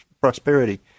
prosperity